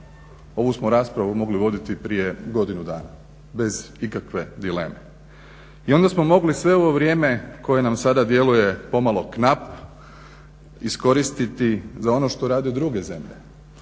Ovu smo raspravu mogli voditi prije godinu dana bez ikakve dileme. I onda smo mogli sve ovo vrijeme koje nam sada djeluje pomalo knap iskoristiti za ono što rade druge zemlje.